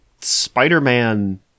spider-man